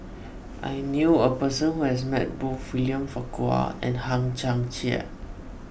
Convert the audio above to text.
I knew a person who has met both William Farquhar and Hang Chang Chieh